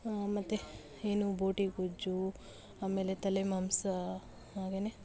ಮತ್ತೆ ಏನು ಬೋಟಿ ಗೊಜ್ಜು ಆಮೇಲೆ ತಲೆ ಮಾಂಸ ಹಾಗೆಯೇ